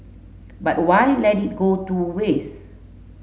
but why let it go to waste